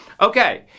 Okay